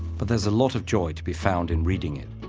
but there's a lot of joy to be found in reading it,